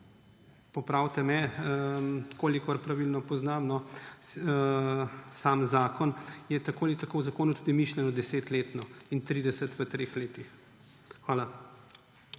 Popravite me, kolikor pravilno poznam sam zakon, je tako ali tako v zakonu tudi mišljeno 10 letno in 30 v treh letih. Hvala.